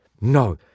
No